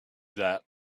that